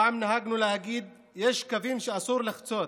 פעם נהגנו להגיד: יש קווים שאסור לחצות.